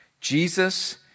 Jesus